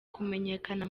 kumenyekana